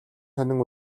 сонин